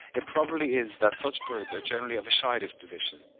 it probably is that such birds are generally of a shy disposition,